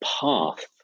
path